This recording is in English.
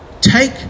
take